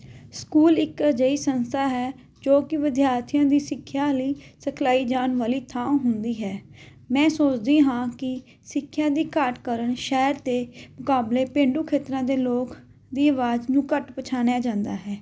school ਇੱਕ ਅਜਿਹੀ ਸੰਸਥਾ ਹੈ ਜੋ ਕਿ ਵਿਦਿਆਰਥੀਆਂ ਦੀ ਸਿੱਖਿਆ ਲਈ ਸਿਖਲਾਈ ਜਾਣ ਵਾਲੀ ਥਾਂ ਹੁੰਦੀ ਹੈ ਮੈਂ ਸੋਚਦੀ ਹਾਂ ਕਿ ਸਿੱਖਿਆ ਦੀ ਘਾਟ ਕਾਰਨ ਸ਼ਹਿਰ ਦੇ ਮੁਕਾਬਲੇ ਪੇਂਡੂ ਖੇਤਰਾਂ ਦੇ ਲੋਕ ਦੀ ਆਵਾਜ਼ ਨੂੰ ਘੱਟ ਪਛਾਣਿਆ ਜਾਂਦਾ ਹੈ